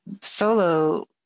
solo